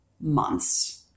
months